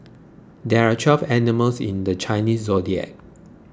there are twelve animals in the Chinese zodiac